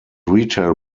retail